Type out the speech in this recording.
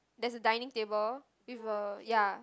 there's a dining table with a ya